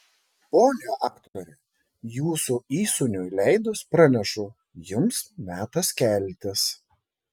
ponia aktore jūsų įsūniui leidus pranešu jums metas keltis